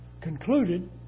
concluded